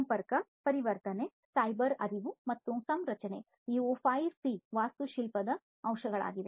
ಸಂಪರ್ಕ ಪರಿವರ್ತನೆ ಸೈಬರ್ ಅರಿವು ಮತ್ತು ಸಂರಚನೆ ಇವು 5 ಸಿ ವಾಸ್ತುಶಿಲ್ಪದ ಅಂಶಗಳಾಗಿವೆ